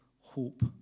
hope